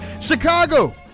Chicago